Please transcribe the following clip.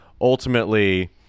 ultimately